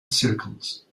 circles